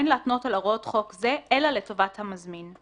אין להתנות על הוראות חוק זה אלא לטובת המזמין.